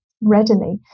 readily